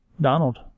Donald